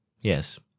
Yes